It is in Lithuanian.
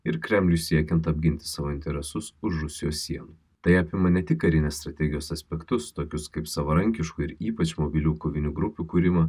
ir kremliui siekiant apginti savo interesus už rusijos sienų tai apima ne tik karinės strategijos aspektus tokius kaip savarankiškų ir ypač mobilių kovinių grupių kūrimą